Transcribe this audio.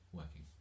working